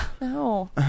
No